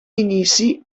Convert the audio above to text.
inici